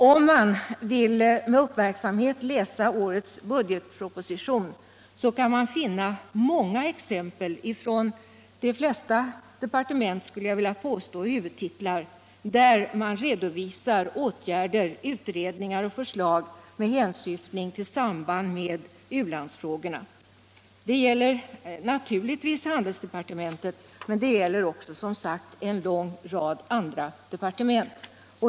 Om man med uppmärksamhet vill läsa årets budgetproposition kan man finna många exempel från de flesta departements huvudtitlar där det redovisas åtgärder, utredningar och förslag med hänsyftning på sambandet med u-landsfrågorna. Det gäller naturligtvis handelsdepartementet men det gäller också, som sagt, en lång rad andra departement.